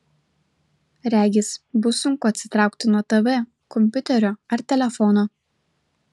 regis bus sunku atsitraukti nuo tv kompiuterio ar telefono